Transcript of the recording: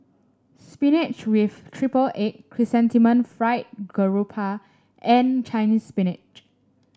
Spinach with Triple Egg Chrysanthemum Fried Garoupa and Chinese Spinach